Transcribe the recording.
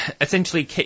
essentially